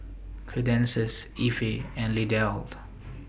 Cadence Ivey and Lindell